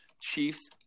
Chiefs